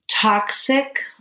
toxic